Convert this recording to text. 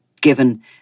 given